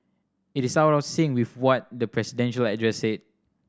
it is out of sync with what the presidential address said